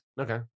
okay